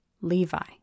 Levi